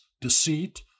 deceit